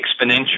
exponential